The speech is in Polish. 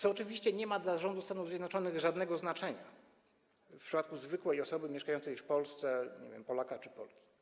To oczywiście nie ma dla rządu Stanów Zjednoczonych żadnego znaczenia w przypadku zwykłej osoby mieszkającej w Polsce, Polaka czy Polki.